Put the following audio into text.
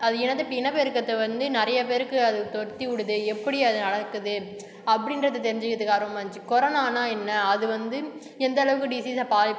அது என்னது இப்போ இனப்பெருக்கத்தை வந்து நிறைய பேருக்கு அது தொத்திவுடுது எப்படி அது நடக்குது அப்படின்றத தெரிஞ்சுக்கிறதுக்கு ஆர்வமாக இருந்துச்சு கொரோனான்னா என்ன அது வந்து எந்த அளவுக்கு டிஸீஸை பாதி